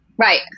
Right